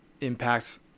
impact